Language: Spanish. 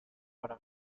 para